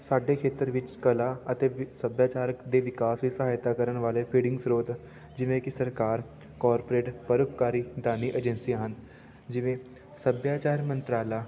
ਸਾਡੇ ਖੇਤਰ ਵਿੱਚ ਕਲਾ ਅਤੇ ਵ ਸੱਭਿਆਚਾਰਕ ਦੇ ਵਿਕਾਸ ਵਿੱਚ ਸਹਾਇਤਾ ਕਰਨ ਵਾਲੇ ਫੀਡਿੰਗ ਸਰੋਤ ਜਿਵੇਂ ਕਿ ਸਰਕਾਰ ਕਾਰਪੋਰੇਟ ਪਰਉਪਕਾਰੀ ਦਾਨੀ ਏਜੰਸੀਆਂ ਹਨ ਜਿਵੇਂ ਸੱਭਿਆਚਾਰ ਮੰਤਰਾਲਾ